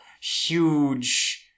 huge